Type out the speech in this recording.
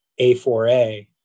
a4a